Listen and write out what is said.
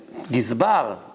Gizbar